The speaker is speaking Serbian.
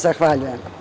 Zahvaljujem.